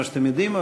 כמו שאתם יודעים,